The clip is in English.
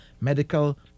medical